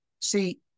See